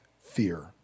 fear